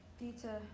Peter